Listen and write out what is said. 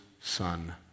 son